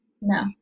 No